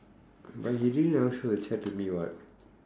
but he really never show the chat to me [what]